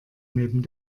neben